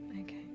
okay